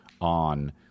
on